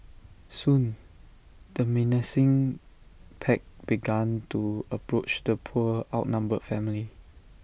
soon the menacing pack began to approach the poor outnumbered family